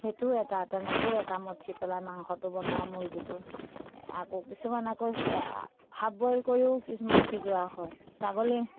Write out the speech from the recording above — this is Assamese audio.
সেইটোও এটা তেনেকৈও এটা মথি পেলাই মাংসটো বনাওঁ মুৰ্গীটো আকৌ কিছুমান আকৌ হাফ বইল কৰিও কিছুমান সিজোৱা হয় ছাগলী